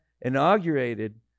inaugurated